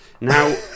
Now